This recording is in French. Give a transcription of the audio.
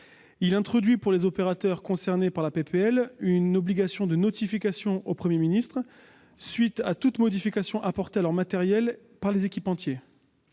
introduisons pour les opérateurs concernés par ce texte une obligation de notification au Premier ministre de toute modification apportée à leur matériel par les équipementiers.